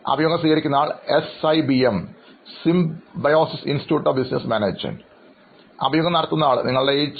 അഭിമുഖം സ്വീകരിക്കുന്നയാൾ S I B M Symbiosis institute of business management അഭിമുഖം നടത്തുന്നയാൾ നിങ്ങളുടെ പ്രായം